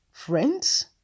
Friends